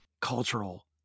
cultural